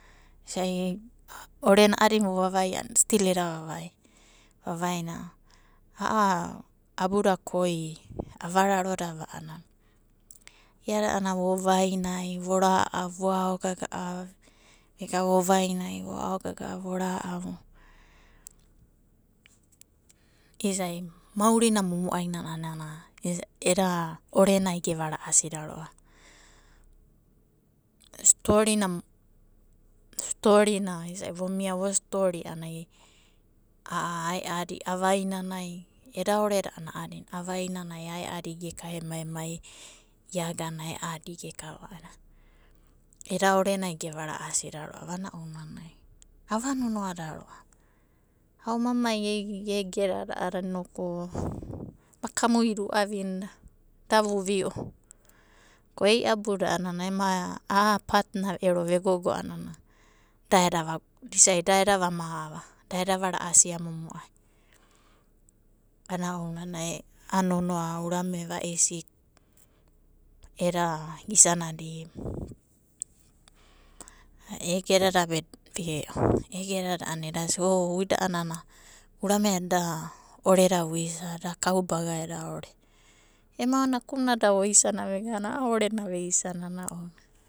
Isa'i orena a'adina ovavaiava a'ana stil eda vavaia vavaina a'a abuda koi avararodava a'ana iada a'ana vovainai, vora'au, vo aogaga'a, vega vovainai, vo aogaga'a, vo ra'au isa'i maurina momoainana eda orenai geva ra'asia va. Storina isa'i vomia vo stori a'anai a'a ae'adi avainanai eda oreda a'ana a'adina. Avainanai ae'adi geka emai ema agana ae'adi gekava a'ada eda orenai geva ra'asida ro'ava. Ana ounanai ava nonoada ro'ava a oma mai egedada a'adada inoku makamuida u'avinda, da vuvi'o ko ko e'iabuda a'a patna ero vegogo a'ana da eda vamava, eda vara'asia momo'ai a'ana ounanai a'a nonoa urame, vaisi eda isana diba. Egedada be ve'o, egedada a'ana eda sia o uida a'anana urame da eda oreda vuisa, da kaubaga eda ore. Ema nakumuna da oisana egana a'a orena veisana ana ounanai.